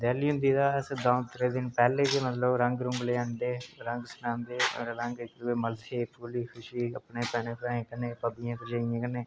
होली हुंदी तां अस दो त्रै दिन पैह्लें गै मतलब रंग रुंग लेई औंदे रंग सकांदे रंग इक दूए गी मलदे पूरी खुशी अपने भैने भ्राएं कन्नै अपनी भाबियें भर्जाइयें कन्नै